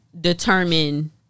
Determine